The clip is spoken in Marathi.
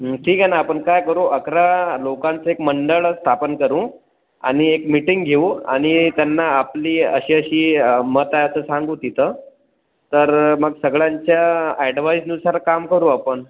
ठीक आहे ना आपण काय करू अकरा लोकांचं एक मंडळ स्थापन करू आणि एक मीटिंग घेऊ आणि त्यांना आपली अशी अशी मतं आहे असं सांगू तिथं तर मग सगळ्यांच्या ॲडवाइसनुसार काम करू आपण